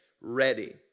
ready